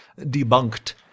debunked